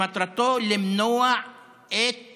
שמטרתו למנוע את